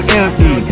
empty